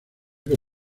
que